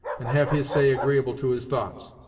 and have his say agreeable to his thoughts.